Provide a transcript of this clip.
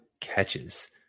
catches